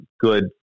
good